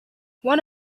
one